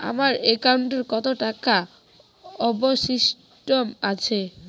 আমার একাউন্টে কত টাকা অবশিষ্ট আছে?